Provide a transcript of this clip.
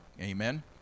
Amen